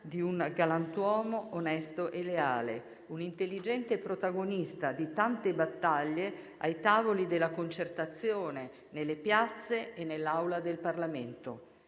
di un galantuomo onesto e leale, di un intelligente protagonista di tante battaglie ai tavoli della concertazione, nelle piazze e nell'Aula del Parlamento.